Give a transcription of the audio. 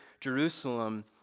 Jerusalem